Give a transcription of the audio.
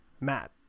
Matt